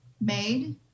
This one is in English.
made